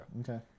Okay